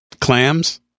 clams